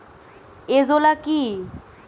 Azolla কি?